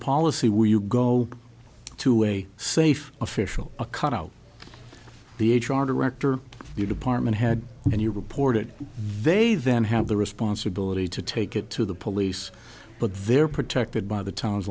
policy where you go to a safe official a cut out the h r director the department head and you report it they then have the responsibility to take it to the police but they're protected by the town